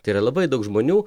tai yra labai daug žmonių